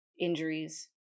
injuries